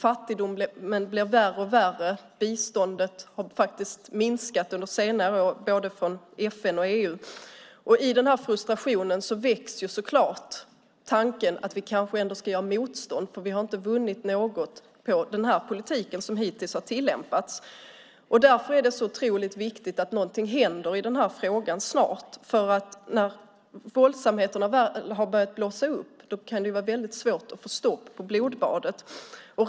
Fattigdomen blir värre och värre. Biståndet från både FN och EU har minskat under senare år. I frustrationen växer tanken att göra motstånd eftersom de inte har vunnit något på den politik som hittills har tillämpats. Därför är det så otroligt viktigt att något händer i frågan snart. När våldsamheterna väl har blossat upp kan det vara svårt att få stopp på blodbadet.